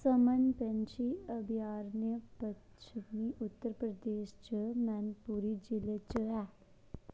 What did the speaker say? समन पैंछी अभयारण्य पच्छमीं उत्तर प्रदेश च मैनपुरी जिले च ऐ